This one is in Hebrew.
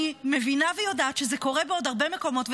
אני מבינה ויודעת שזה קורה בעוד הרבה מקומות,